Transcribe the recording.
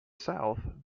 south